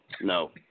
No